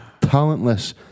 Talentless